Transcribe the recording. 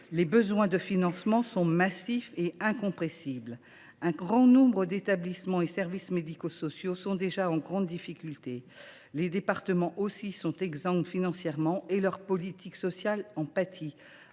les besoins de financement sont massifs et incompressibles. Beaucoup d’établissements et services médico sociaux sont déjà en grande difficulté. Les départements aussi sont exsangues financièrement, et leur politique sociale en pâtit.